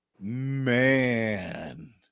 man